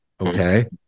Okay